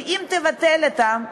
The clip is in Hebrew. כי אם תבטל אותן,